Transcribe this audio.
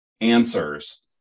answers